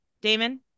Damon